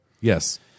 yes